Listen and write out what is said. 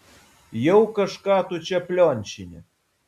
jau kažką tu čia pliončini